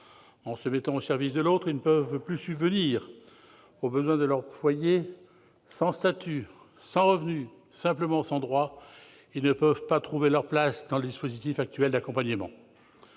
En se mettant au service de l'autre, ils ne peuvent plus subvenir aux besoins de leur foyer. Sans statut, sans revenu, simplement sans droits, ils ne peuvent pas trouver leur place dans le dispositif actuel d'accompagnement.